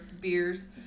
beers